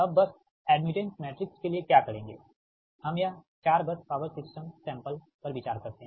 अब bus admittance matrix के लिए क्या करेंगे हम यह 4 बस पावर सिस्टम सैंपल पर विचार करते है